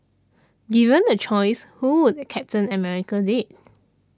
given a choice who would Captain America date